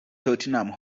tottenham